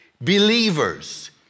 believers